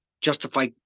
justify